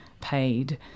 paid